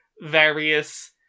various